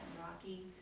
Rocky